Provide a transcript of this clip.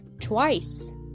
twice